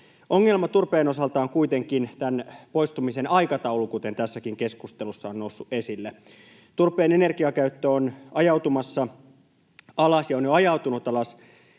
Ongelma turpeen osalta on kuitenkin tämän poistumisen aikataulu, kuten tässäkin keskustelussa on noussut esille. Turpeen energiakäyttö on ajautumassa alas ja on jo ajautunut alas